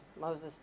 Moses